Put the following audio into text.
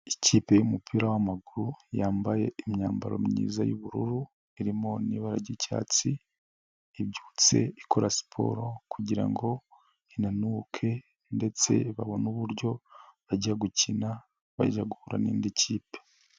Ikipe y'umupira w'amaguru yambaye imyambaro myiza y'ubururu irimo n'ibara ryicyatsi ibyutse ikora siporo kugira ngo inanuke, ndetse babone uburyo bajya gukina bajya guhura n'indi kipe.